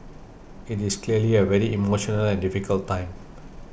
it is clearly a very emotional and difficult time